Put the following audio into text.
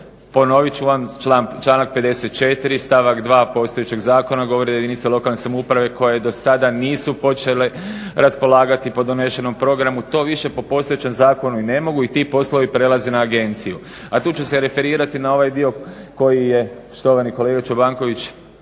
Ponovit ću vam članak 54. stavak 2. postojećeg zakona govori da jedinice lokalne samouprave koje do sada nisu počele raspolagati po donošenom programu to više po postojećem zakonu i ne mogu i ti poslovi prelaze na agenciju. A tu ću se referirati na ovaj dio koji je štovani kolega Čobanković